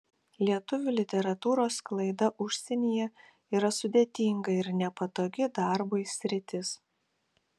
lietuvių literatūros sklaida užsienyje yra sudėtinga ir nepatogi darbui sritis